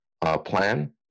plan